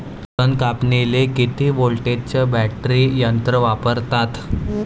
तन कापनीले किती व्होल्टचं बॅटरी यंत्र वापरतात?